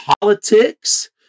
politics